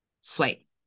Sweet